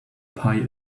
pie